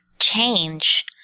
change